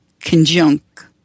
conjunct